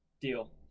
Deal